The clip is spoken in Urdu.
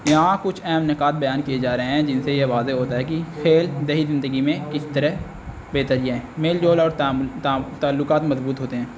یہاں کچھ اہم نکات بیان کیے جا رہے ہیں جن سے یہ واضح ہوتا ہے کہ کھیل دیہی زندگی میں کس طرح بہتری ہے میل جول اور تعلقات مضبوط ہوتے ہیں